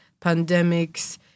pandemics